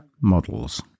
models